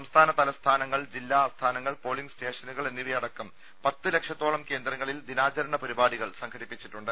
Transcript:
സംസ്ഥാന തലസ്ഥാനങ്ങൾ ജില്ലാആസ്ഥാനങ്ങൾ പോളിംഗ്സ്റ്റേഷനുകൾ എന്നിവയടക്കം പത്ത് ലക്ഷത്തോളം കേന്ദ്രങ്ങളിൽ ദിനാചരണപരിപാടികൾ സംഘടിപ്പിച്ചിട്ടുണ്ട്